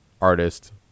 artist